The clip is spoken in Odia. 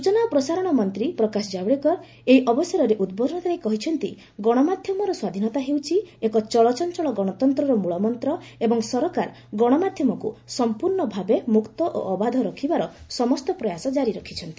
ସ୍ୱଚନା ଓ ପ୍ରସାରଣ ମନ୍ତ୍ରୀ ପ୍ରକାଶ ଜାଭଡେକର ଏହି ଅବସରରେ ଉଦ୍ବୋଧନ ଦେଇ କହିଛନ୍ତି ଗଣମାଧ୍ୟମର ସ୍ୱାଧୀନତା ହେଉଛି ଏକ ଚଳଚଞ୍ଚଳ ଗଣତନ୍ତ୍ରର ମୂଳମନ୍ତ ଏବଂ ସରକାର ଗଣମାଧ୍ୟମକୁ ସମ୍ପୂର୍ଣ୍ଣ ଭାବେ ମୁକ୍ତ ଓ ଅବାଧ ରଖିବାର ପ୍ରୟାସ ଜାରି ରଖିଛନ୍ତ